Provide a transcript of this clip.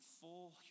full